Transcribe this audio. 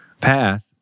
path